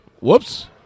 whoops